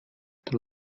the